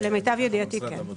למיטב ידיעתי, כן.